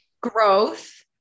growth